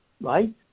right